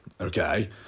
okay